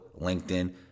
LinkedIn